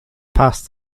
past